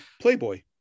Playboy